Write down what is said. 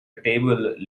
table